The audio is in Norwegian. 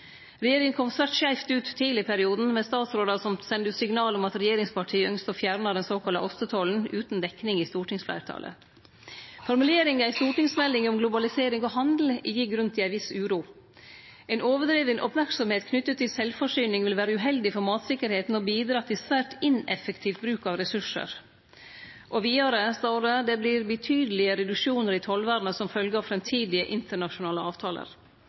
Regjeringa kom svært skeivt ut tidleg i perioden, med statsrådar som sende ut signal om at regjeringspartia ønskte å fjerne den såkalla ostetollen utan dekning i stortingsfleirtalet. Formuleringa i stortingsmeldinga om globalisering og handel gir grunn til ei viss uro: «Samtidig vil overdreven oppmerksomhet knyttet til selvforsyning være uheldig for matsikkerheten og bidra til svært ineffektiv bruk av ressurser.» Vidare står det at det blir «betydelige reduksjoner i tollvernet som følge av fremtidige internasjonale avtaler».